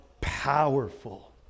powerful